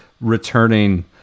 returning